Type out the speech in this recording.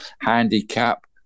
handicap